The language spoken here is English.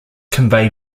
convey